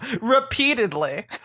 repeatedly